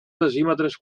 decímetres